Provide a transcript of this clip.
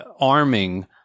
arming